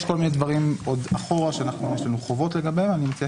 יש כל מיני דברים מאחור שיש לנו חובות לגביהם ואני מציע